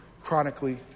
chronically